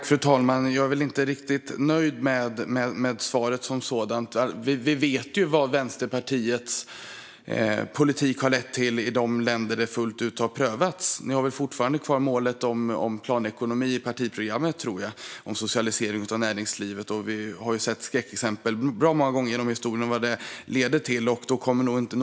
Fru talman! Jag är inte riktigt nöjd med svaret som sådant. Vi vet ju vad Vänsterpartiets politik har lett till i de länder där den har prövats fullt ut. Ni har fortfarande kvar i partiprogrammet målet om planekonomi och socialisering av näringslivet, tror jag. Vi har sett skräckexempel på vad det leder till bra många gånger genom historien.